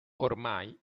ormai